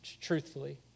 truthfully